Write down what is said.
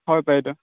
হয় বাইদেউ